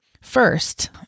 First